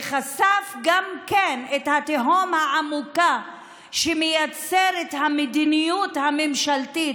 וחשף גם את התהום העמוקה שמייצרת המדיניות הממשלתית,